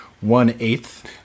one-eighth